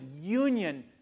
union